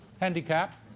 handicap